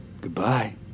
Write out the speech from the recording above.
Goodbye